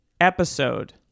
episode